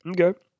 Okay